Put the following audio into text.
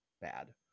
bad